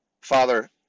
Father